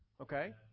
Okay